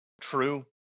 True